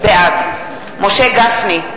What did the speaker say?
בעד משה גפני,